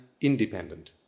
independent